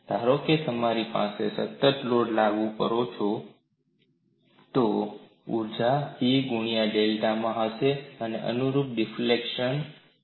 ધારો કે મારી પાસે સતત લોડ લાગુ કરો છે તો ઊર્જા P ગુણ્યા ડેલ્ટામાં હશે અનેે અનુરૂપ ડિફ્લેક્શન ડેલ્ટા છે